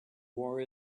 war